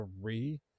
three